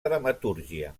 dramatúrgia